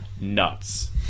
nuts